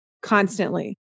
constantly